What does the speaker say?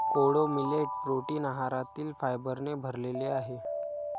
कोडो millet protein आहारातील फायबरने भरलेले आहे